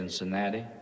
Cincinnati